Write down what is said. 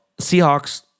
Seahawks